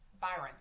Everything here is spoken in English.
Byron